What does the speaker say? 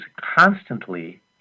constantly